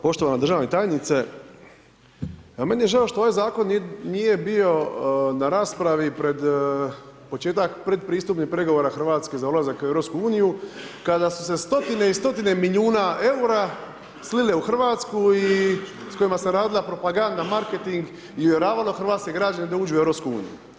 Poštovana državna tajnice, meni je žao što ovaj zakon nije bio na raspravi pred početak predpristupnih pregovora Hrvatske za ulazak u EU kada su se stotine i stotine milijuna EUR-a slile u Hrvatsku i s kojima se radila propaganda, marketing i uvjeravalo hrvatske građane da uđu u EU.